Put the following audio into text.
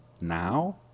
now